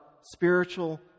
spiritual